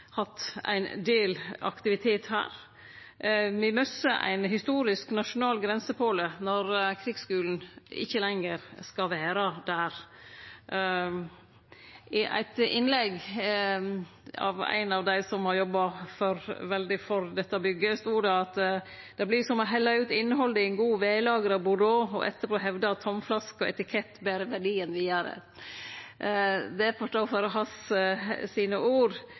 ein del aktivitet der. Me misser ein historisk, nasjonal grensepåle når krigsskulen ikkje lenger skal vere der. I eit innlegg av ein av dei som har jobba veldig for dette bygget, stod det: «Det blir som å helle ut innholdet i en god, vellagret Bordeaux og etterpå hevde at tomflaske og etikett bærer verdien videre.» Det får vere hans ord,